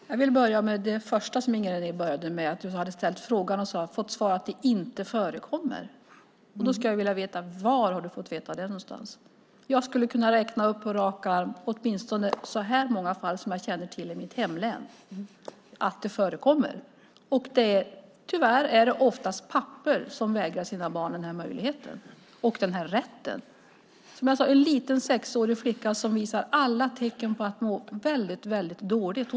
Herr talman! Jag vill börja med det första som Inger René tog upp. Du hade ställt frågan och fått svaret att det inte förekommer. Då skulle jag vilja veta: Var har du fått veta det? Jag skulle på rak arm kunna räkna upp åtminstone fem fall som jag känner till förekommer i mitt hemlän. Tyvärr är det oftast pappor som vägrar sina barn den möjligheten och den rätten. Som jag sade visar en liten sexårig flicka alla tecken på att må väldigt dåligt.